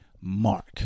mark